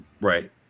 Right